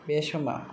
बे समा